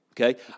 Okay